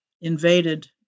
invaded